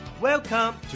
Welcome